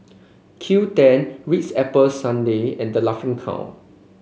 Q ten Ritz Apple Strudel and The Laughing Cow